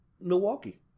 Milwaukee